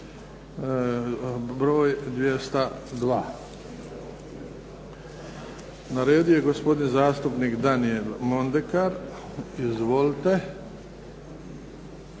broj 202. Na redu je gospodin zastupnik Daniel Mondekar. Izvolite.